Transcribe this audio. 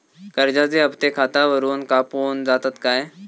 कर्जाचे हप्ते खातावरून कापून जातत काय?